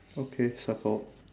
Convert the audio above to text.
okay circled